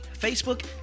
Facebook